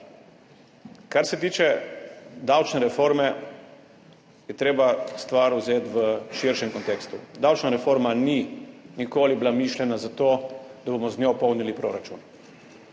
Kar se tiče davčne reforme, je treba stvar vzeti v širšem kontekstu. Davčna reforma ni bila nikoli mišljena za to, da bomo z njo polnili proračun.